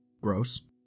Gross